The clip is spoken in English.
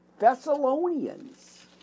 Thessalonians